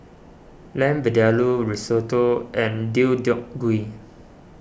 Lamb Vindaloo Risotto and Deodeok Gui